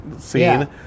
scene